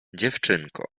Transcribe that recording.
dziewczynko